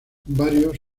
varios